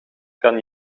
kan